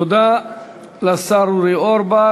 תודה לשר אורי אורבך.